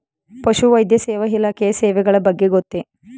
ಪಶುವೈದ್ಯ ಸೇವಾ ಇಲಾಖೆಯ ಸೇವೆಗಳ ಬಗ್ಗೆ ಗೊತ್ತೇ?